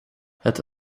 het